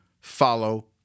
follow